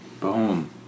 Boom